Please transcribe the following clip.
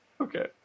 Okay